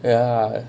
ya